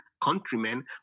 countrymen